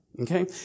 Okay